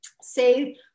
say